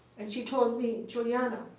and she told me, juliana,